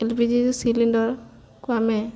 L P G ସିଲିଣ୍ଡରକୁ ଆମେ